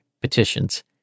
petitions